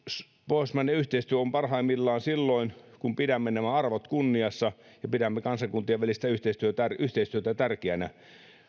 pohjoismainen yhteistyö on parhaimmillaan silloin kun pidämme nämä arvot kunniassa ja pidämme kansakuntien välistä yhteistyötä yhteistyötä tärkeänä